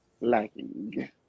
lacking